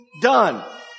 done